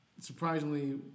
surprisingly